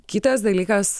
kitas dalykas